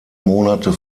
monate